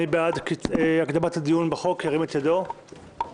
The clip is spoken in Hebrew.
מי בעד הקדמת הדיון בהצעת חוק שירותי תעופה (פיצוי